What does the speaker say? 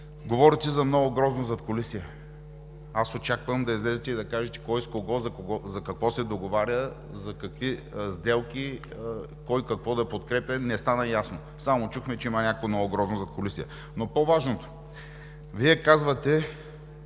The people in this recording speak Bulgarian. Говорите за много грозно задкулисие. Очаквам да излезете и да кажете: кой с кого за какво се договаря, за какви сделки, кой какво да подкрепя – не стана ясно? Само чухме, че има някакво много грозно задкулисие. Но по-важното Вие казвате: